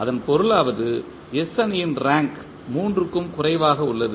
அதன் பொருளாவது S அணியின் ரேங்க் 3 க்கும் குறைவாக உள்ளது